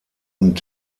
und